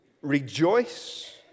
rejoice